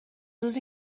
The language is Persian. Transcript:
روزی